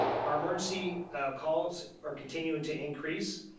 our emergency calls are continuing to increase.